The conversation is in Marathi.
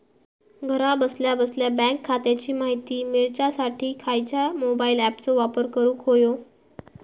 घरा बसल्या बसल्या बँक खात्याची माहिती मिळाच्यासाठी खायच्या मोबाईल ॲपाचो वापर करूक होयो?